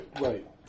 right